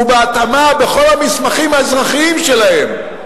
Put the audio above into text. ובהתאמה בכל המסמכים האזרחיים שלהם,